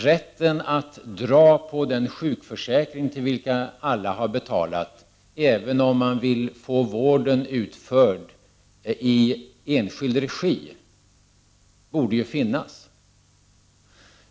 Rätten att utnyttja den sjukförsäkring till vilken alla har betalat även om man vill få vården utförd i enskild regi borde finnas.